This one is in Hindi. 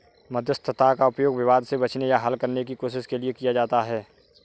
मध्यस्थता का उपयोग विवाद से बचने या हल करने की कोशिश के लिए किया जाता हैं